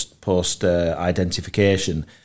post-identification